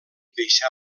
deixà